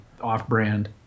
off-brand